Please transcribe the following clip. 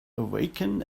awaken